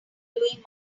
doing